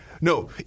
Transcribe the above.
No